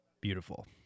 beautiful